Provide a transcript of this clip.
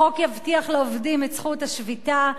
החוק יבטיח לעובדים את זכות השביתה,